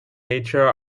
nature